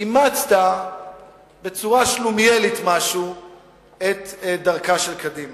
אימצת בצורה שלומיאלית משהו את דרכה של קדימה.